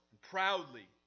Proudly